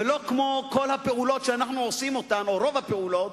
ולא כמו כל הפעולות שאנחנו עושים, או רוב הפעולות,